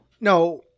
No